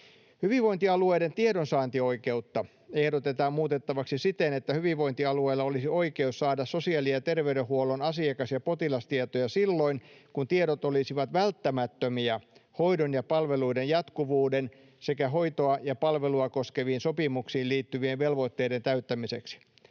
Hyvinvointialueiden tiedonsaantioikeutta ehdotetaan muutettavaksi siten, että hyvinvointialueilla olisi oikeus saada sosiaali- ja terveydenhuollon asiakas- ja potilastietoja silloin kun tiedot olisivat välttämättömiä hoidon ja palveluiden jatkuvuuden sekä hoitoa ja palvelua koskeviin sopimuksiin liittyvien velvoitteiden täyttämiseksi.